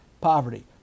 poverty